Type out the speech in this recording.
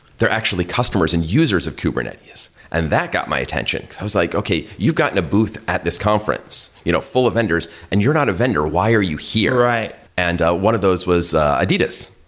they're actually customers and users of kubernetes, and that got my attention, because i was like, okay, you've gotten a booth at this conference you know full of vendors and you're not a vendor. why are you here? and one of those was ah adidas.